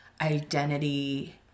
identity